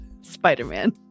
Spider-Man